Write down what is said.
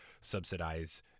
subsidize